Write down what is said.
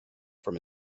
from